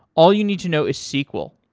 all you need to know is sql.